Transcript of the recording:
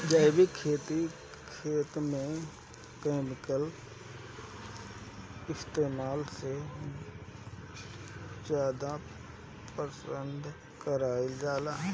जैविक खेती खेत में केमिकल इस्तेमाल से ज्यादा पसंद कईल जाला